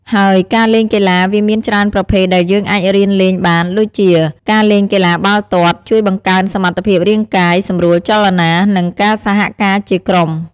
ហើយការលេងកីឡា វាមានច្រើនប្រភេទដែលយើងអាចរៀនលេងបានដួចជាការលេងកីឡាបាល់ទាត់ ជួយបង្កើនសមត្ថភាពរាងកាយ សម្រួលចលនា និងការសហការជាក្រុម។